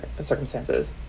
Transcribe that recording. circumstances